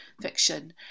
fiction